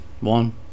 One